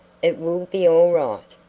it will be all right.